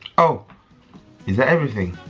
oh is that everything?